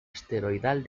asteroidal